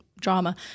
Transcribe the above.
drama